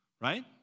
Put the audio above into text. Right